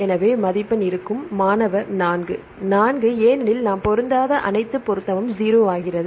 எனவே மதிப்பெண் இருக்கும் மாணவர் 4 4 ஏனெனில் நாம் பொருந்தாத அனைத்து பொருத்தமும் 0 ஆகிறது